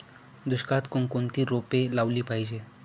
दुष्काळात कोणकोणती रोपे लावली पाहिजे?